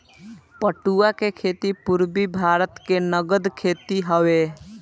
पटुआ के खेती पूरबी भारत के नगद खेती हवे